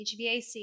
HVAC